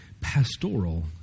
pastoral